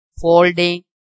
folding